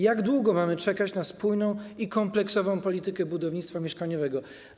Jak długo mamy czekać na spójną i kompleksową politykę budownictwa mieszkaniowego?